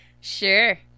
Sure